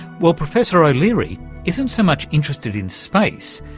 well, professor o'leary isn't so much interested in space,